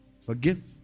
Forgive